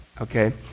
okay